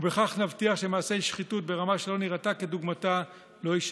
ובכך נבטיח שמעשי שחיתות ברמה שלא נראתה כדוגמתה לא יישנו.